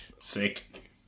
Sick